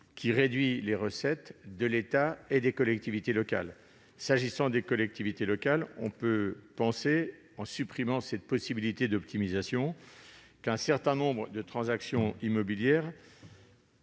qui réduit les recettes de l'État et des collectivités locales. S'agissant de ces dernières, on peut penser qu'en supprimant cette possibilité d'optimisation un certain nombre de transactions immobilières